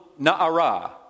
na'ara